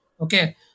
okay